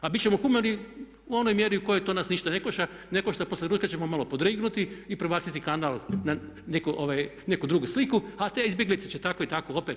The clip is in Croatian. A bit ćemo humani u onoj mjeri u kojoj to nas ništa ne košta, poslije ručka ćemo malo podrignuti i prebaciti kanal na neku drugu sliku, a te izbjeglice će tako i tako opet.